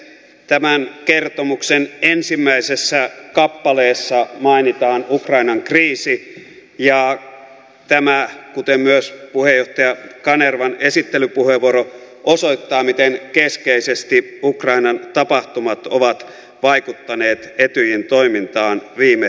tämän kertomuksen ensimmäisessä kappaleessa mainitaan ukrainan kriisi ja tämä kuten myös puheenjohtaja kanervan esittelypuheenvuoro osoittaa miten keskeisesti ukrainan tapahtumat ovat vaikuttaneet etyjin toimintaan viime vuonna